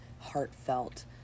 heartfelt